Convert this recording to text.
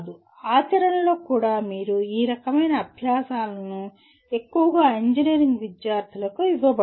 ఆచరణలో కూడా మీరు ఈ రకమైన అభ్యాసాలను ఎక్కువగా ఇంజనీరింగ్ విద్యార్థులకు ఇవ్వబడుతుంది